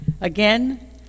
Again